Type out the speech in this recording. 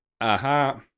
Aha